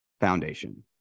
foundation